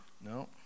No